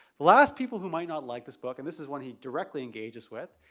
the last people who might not like this book, and this is when he directly engages with,